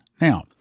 Now